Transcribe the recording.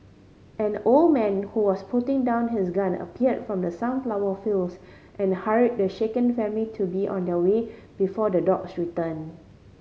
an old man who was putting down his gun appeared from the sunflower fields and hurried the shaken family to be on their way before the dogs return